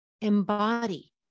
Embody